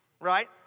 right